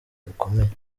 gakomeye